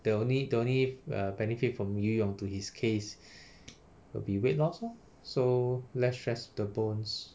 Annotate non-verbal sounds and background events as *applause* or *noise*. the only only uh benefit 游泳 to his case *breath* will be weight loss lor so less stress to the bones